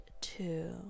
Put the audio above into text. two